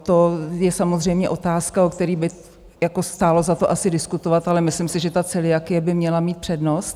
To je samozřejmě otázka, o který by stálo za to asi diskutovat, ale myslím si, že ta celiakie by měla mít přednost.